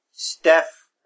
Steph